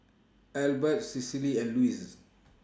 Elbert Cecily and Luz